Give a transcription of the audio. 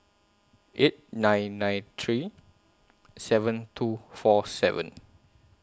eight nine nine three seven two four seven